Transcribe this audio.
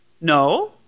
No